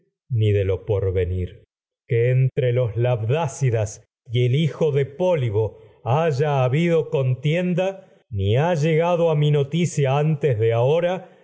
ni de lo porvenir que entre los labdácidas ni ha el hijo de pólibo haya habido contienda a llegado mi noticia antes de ahora